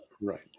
Right